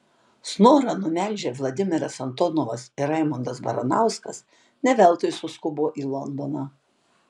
snorą numelžę vladimiras antonovas ir raimondas baranauskas ne veltui suskubo į londoną